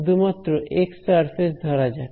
শুধুমাত্র x surface ধরা যাক